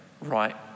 right